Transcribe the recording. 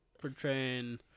portraying